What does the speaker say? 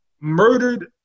murdered